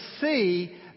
see